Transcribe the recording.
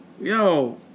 yo